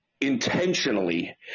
intentionally